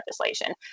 legislation